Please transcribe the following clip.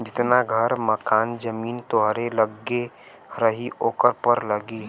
जितना घर मकान जमीन तोहरे लग्गे रही ओकर कर लगी